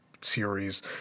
series